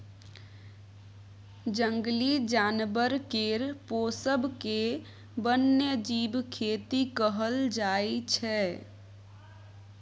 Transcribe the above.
जंगली जानबर केर पोसब केँ बन्यजीब खेती कहल जाइ छै